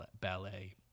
ballet